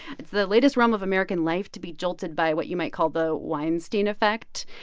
it's the latest realm of american life to be jolted by what you might call the weinstein effect.